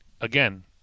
again